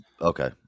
okay